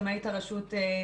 שמאית הרשות,